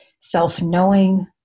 self-knowing